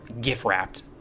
gift-wrapped